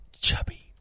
Chubby